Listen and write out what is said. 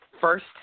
First